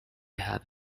have